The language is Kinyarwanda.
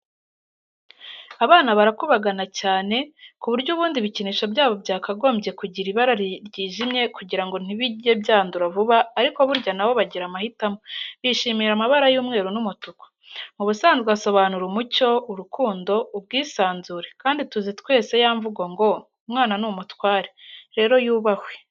Abana barakubagana cyane, ku buryo ubundi ibikinisho byabo byakagombye kugira ibara ryijimye kugira ngo ntibijye byandura vuba ariko burya na bo bagira amahitamo, bishimira amabara y'umweru n'umutuku, mu busanzwe asobanura umucyo, urukundo, ubwisanzure kandi tuzi twese ya mvugo ngo: ''Umwana ni umutware.'' Rero yubahwe.